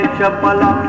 Chapala